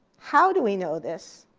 how do we know this?